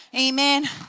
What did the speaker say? Amen